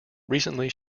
recently